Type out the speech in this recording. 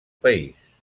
país